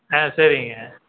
ஆ சரிங்க